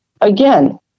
again